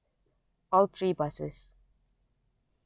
all three buses